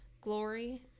Glory